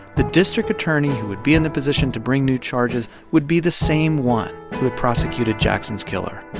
the district attorney who would be in the position to bring new charges would be the same one who had prosecuted jackson's killer.